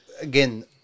again